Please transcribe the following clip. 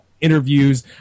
interviews